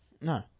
no